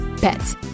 pets